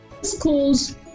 schools